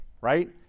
right